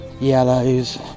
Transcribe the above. yellows